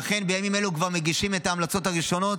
אכן בימים אלה כבר מגישים את ההמלצות הראשונות,